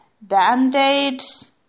band-aids